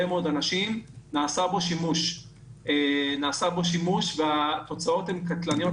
מאוד אנשים נעשה בו שימוש והתוצאות הן קטלניות,